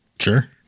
sure